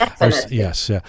yes